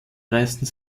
reisten